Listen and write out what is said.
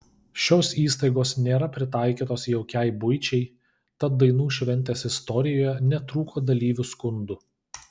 šios įstaigos nėra pritaikytos jaukiai buičiai tad dainų šventės istorijoje netrūko dalyvių skundų